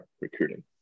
recruiting